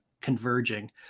Converging